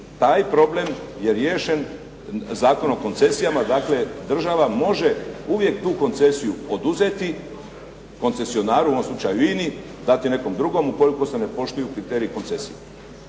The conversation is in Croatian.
Taj problem je riješen Zakonom o koncesijama. Dakle, država može uvijek tu koncesiju oduzeti koncesionaru u ovom slučaju INI, dati nekom drugom ukoliko se ne poštuju kriteriji koncesije.